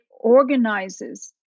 organizes